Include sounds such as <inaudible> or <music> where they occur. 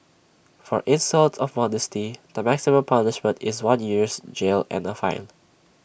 for insult of modesty the maximum punishment is one year's jail and A fine <noise>